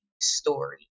story